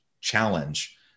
challenge